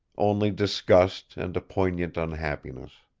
only disgust and a poignant unhappiness.